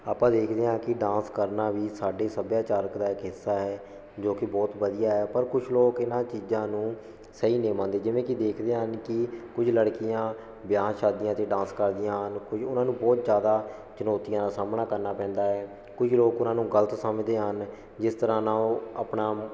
ਆਪਾਂ ਦੇਖਦੇ ਹਾਂ ਕਿ ਡਾਂਸ ਕਰਨਾ ਵੀ ਸਾਡੇ ਸੱਭਿਆਚਾਰਕ ਦਾ ਇੱਕ ਹਿੱਸਾ ਹੈ ਜੋ ਕਿ ਬਹੁਤ ਵਧੀਆ ਹੈ ਪਰ ਕੁਝ ਲੋਕ ਇਹਨਾਂ ਚੀਜ਼ਾਂ ਨੂੰ ਸਹੀ ਨਹੀਂ ਮੰਨਦੇ ਜਿਵੇਂ ਕਿ ਦੇਖਦੇ ਹਨ ਕਿ ਕੁਝ ਲੜਕੀਆਂ ਵਿਆਹਾਂ ਸ਼ਾਦੀਆਂ ਤੇ ਡਾਂਸ ਕਰਦੀਆਂ ਹਨ ਕੁਝ ਉਹਨਾਂ ਨੂੰ ਬਹੁਤ ਜ਼ਿਆਦਾ ਚੁਣੌਤੀਆਂ ਦਾ ਸਾਹਮਣਾ ਕਰਨਾ ਪੈਂਦਾ ਹੈ ਕੁਝ ਲੋਕ ਉਹਨਾਂ ਨੂੰ ਗ਼ਲਤ ਸਮਝਦੇ ਹਨ ਜਿਸ ਤਰ੍ਹਾਂ ਨਾਲ਼ ਉਹ ਆਪਣਾ